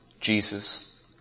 Jesus